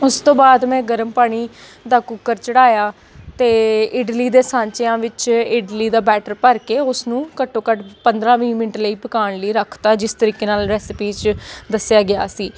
ਉਸ ਤੋਂ ਬਾਅਦ ਮੈਂ ਗਰਮ ਪਾਣੀ ਦਾ ਕੁੱਕਰ ਚੜ੍ਹਾਇਆ ਅਤੇ ਇਡਲੀ ਦੇ ਸਾਂਚਿਆਂ ਵਿੱਚ ਇਡਲੀ ਦਾ ਬੈਟਰ ਭਰ ਕੇ ਉਸਨੂੰ ਘੱਟੋ ਘੱਟ ਪੰਦਰਾਂ ਵੀਹ ਮਿੰਟ ਲਈ ਪਕਾਉਣ ਲਈ ਰੱਖਤਾ ਜਿਸ ਤਰੀਕੇ ਨਾਲ਼ ਰੈਸਿਪੀ 'ਚ ਦੱਸਿਆ ਗਿਆ ਸੀ